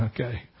okay